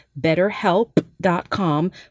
BetterHelp.com